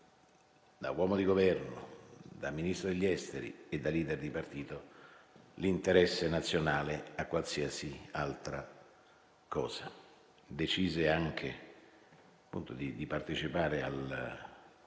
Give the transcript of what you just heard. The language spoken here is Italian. da uomo di Governo, da Ministro degli esteri e da *leader* di partito, l'interesse nazionale a qualsiasi altra cosa. Decise anche di partecipare